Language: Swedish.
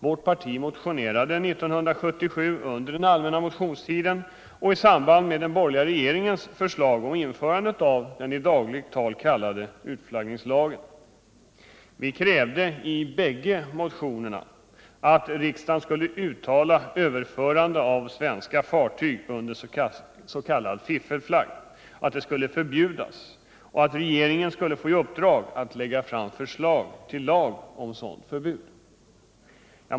Vårt parti motionerade 1977 under den allmänna motionstiden och i samband med den borgerliga regeringens förslag om införandet av den i dagligt tal kallade utflaggningslagen. Vpk krävde i båda motionerna att riksdagen skulle uttala att överförande av svenska fartyg under ss.k. fiffelflagg skulle förbjudas och att regeringen skulle få i uppdrag att lägga fram förslag till lag om sådant förbud.